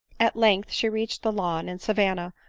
at length she reached the lawn and savanna,